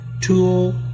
tool